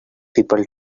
people